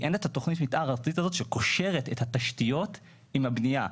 אין את תכנית מתאר ארצית הזאת שקושרת את התשתיות עם הבנייה.